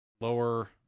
lower